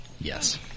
Yes